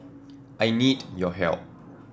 I need your help